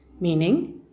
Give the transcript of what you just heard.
meaning